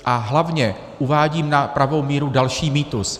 A hlavně uvádím na pravou míru další mýtus.